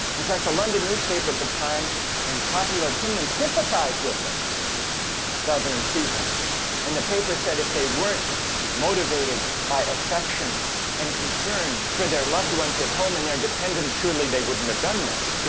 in fact the london newspaper at the time and popular opinion sympathized with them dudley in stephens and the paper said if they weren't motivated by affection and concern for their loved ones at home and dependents, surely they wouldn't have done this. yeah,